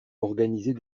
organiser